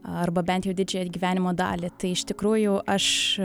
arba bent jau didžiąją gyvenimo dalį tai iš tikrųjų aš